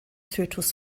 fötus